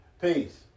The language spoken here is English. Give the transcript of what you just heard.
Peace